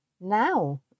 now